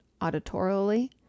auditorially